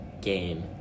game